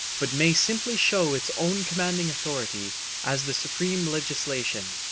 but may simply show its own commanding authority as the supreme legislation.